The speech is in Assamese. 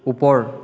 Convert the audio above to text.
ওপৰ